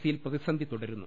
C യിൽ പ്രതിസന്ധി തുടരുന്നു